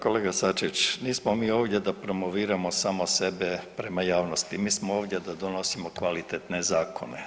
Kolega Sačić nismo mi ovdje da promoviramo samo sebe prema javnosti, mi smo ovdje da donosimo kvalitetne zakone.